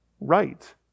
right